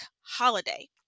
holiday